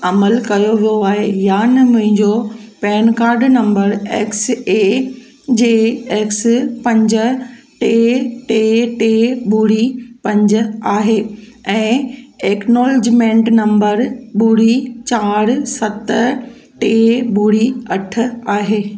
अमल कयो वियो आहे या न मुंहिंजो PAN card number X A J X पंज टे टे टे ॿुड़ी पंज आहे ऐं एक्नॉलेजमेंट नंबर ॿुड़ी चार सत टे ॿुड़ी अठ आहे